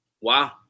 Wow